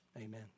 Amen